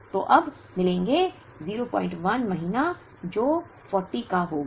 तो अब मिलेंगे 01 महीना जो 40 का होगा